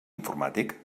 informàtic